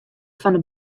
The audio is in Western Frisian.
fan